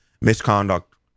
misconduct